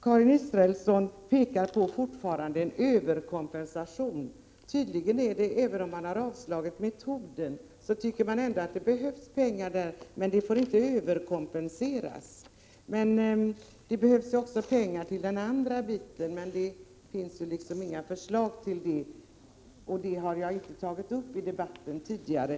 Karin Israelsson talar fortfarande om en överkompensation. Även om man avslagit metoden tycker man att det behövs pengar, men det får inte överkompenseras. Det behövs också pengar till den andra biten, men det finns inga förslag, och jag har därför inte tagit upp saken i debatten tidigare.